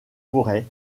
forêts